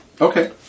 Okay